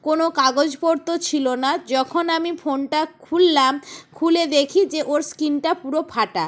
কোনও কাগজপত্র ছিল না যখন আমি ফোনটা খুললাম খুলে দেখি যে ওর স্ক্রীনটা পুরো ফাটা